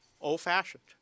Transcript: old-fashioned